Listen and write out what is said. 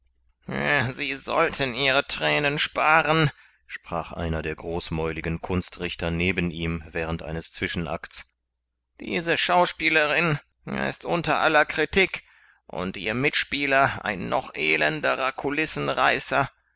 sie sollten ihre thränen sparen sprach einer der großmäuligen kunstrichter neben ihm während eines zwischenacts diese schauspielerin ist unter aller kritik und ihr mitspieler ein noch elenderer